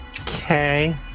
okay